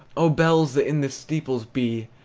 oh, bells that in the steeples be,